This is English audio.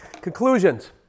Conclusions